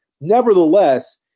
Nevertheless